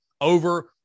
over